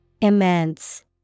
Immense